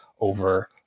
over